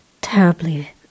terribly